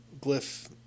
glyph